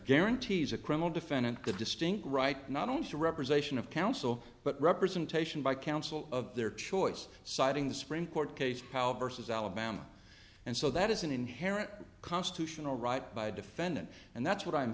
guarantees a criminal defendant the distinct right not only to representation of counsel but representation by counsel of their choice citing the supreme court case power versus alabama and so that is an inherent constitutional right by a defendant and that's what i'm